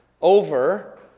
over